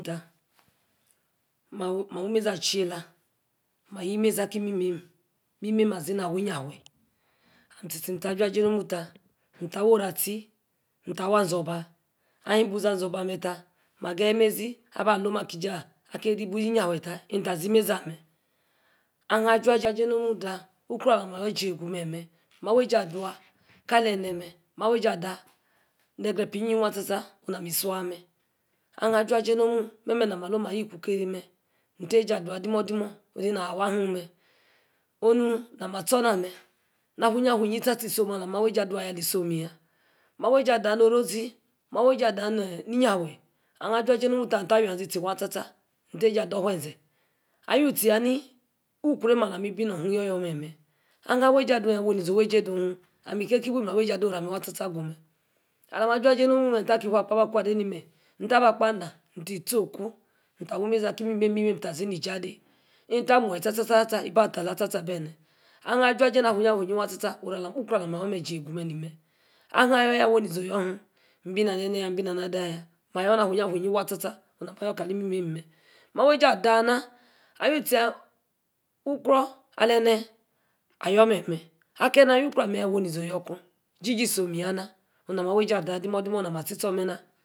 Taa, ma awu imezi ache-lah, ma-ayie imezi akim, imimem, mimem azi, na weyi, iyanfe, ami-tie-tie ta jua-jie nomu-ta, nim, tah, aworu afie, mta awa-azor-oba, ayin, ibu, na-azor. oba ma ageyi imezi, alom, aki-jaah, akeni-bu-zi yanfe ta, eny ta, zi-imezi ameh, aheen. ajua, ja-jie nomu ta uko ala, ma ayor, jie-gu memeh, ma-awey ejie adua, kalene meh, mea ejie adua, ne-gre-epa iyi-yi, waa, tsa-tsa, na-mi-sua meh ahie, ajua-awey-ejie adua, dimadim, ohr nema awaa aheem tsa-tsa, isom alah ma awey-ejie adua yaa ali-isom yaa, ma, wey ejie, ada, norno-zi, ma wey ejie ada iyanfe aheen, ajua jie nomu, ta, mta awi, azi-tie, tsa-tsa, mte. esi ador, orr wee-zee, awui tie yaa ni-nu-ukro nem bi nor, oyo-yor meh, ahuen awey, ejie, adoon, yaa, wey ni-zi ih wey esi doon heen ami, keki bum, na awey jie ado-ora, meh waa, tsa-tsa, agume, alah ma ajua, jie nomu-meh, mka-ki fua, akpo, aba akwo, ade, ne-menyi mta, akpo, amah, mtie. tsor-oku, mka, awey mezi aki, imimem, efa-zi ne-ija-de, eta. a wu, meryi tsa-tsa, ebi ta lag tsa-tsa bene, aheem, ajua-jie na-awuyi, wuyi, waa tsa-tsa ukro alah ma, ayor, meh jie-gu, menimeh, aha, ayor yaa wey, ni-zi oyor, heen, mbi na-ene, mbi na ada yaah, ama, ayor, na afuuyi, waw tsa-tsa oh nam aba yor, kali-imimeme, ma wey-jie ada, na, ayu-tie ukro ali-ene ayor memeh akene ayor,-ukro, ameya wey izi, oh yor ku, jiji, isome yana, ona-ma awey eji, adua domudomu oh na ma atie, tsor meh na